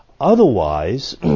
Otherwise